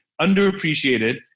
underappreciated